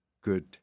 good